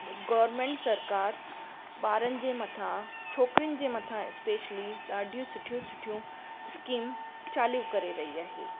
government सरकारु ॿारनि जे मथां छोकिरीयुनि जे मथां स्पेशली ॾाढियूं सुठियूं सुठियूं स्कीम चालू करे रही आहे